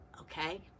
okay